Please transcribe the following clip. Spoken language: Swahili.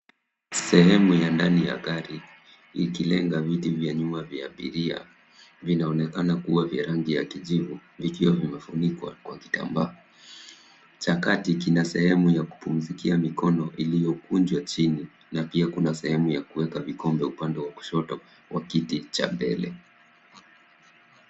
Sehemu ya ndani ya gari ikilenga viti vya nyuma vya abiria. Vinaonekana kuwa vya rangi ya kijivu vikiwa vimefunikwa kwa kitambaa. Cha kati kina sehemu ya kupumzikia mikono iliyokunjwa chini na pia kuna sehemu ya kuweka vikombe upande wa kushoto wa kiti cha mbele.